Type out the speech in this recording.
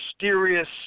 mysterious